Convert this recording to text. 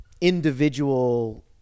individual